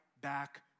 back